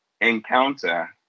encounter